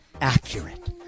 accurate